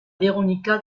veronica